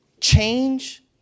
change